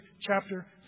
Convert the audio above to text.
chapter